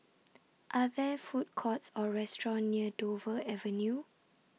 Are There Food Courts Or restaurants near Dover Avenue